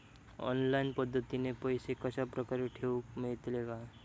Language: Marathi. ऑनलाइन पद्धतीन पैसे कश्या प्रकारे ठेऊक मेळतले काय?